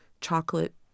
chocolate